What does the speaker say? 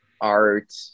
art